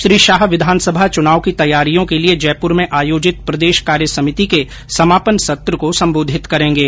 श्री शाह विधानसभा चुनाव की तैयारियों के लिये जयपुर में आयोजित प्रदेश कार्य समिति के समापन सत्र को संबोधित करेंगे